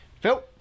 Phil